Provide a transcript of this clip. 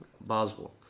Boswell